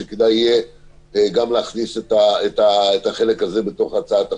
שכדאי גם להכניס את החלק הזה בתוך הצעת החוק,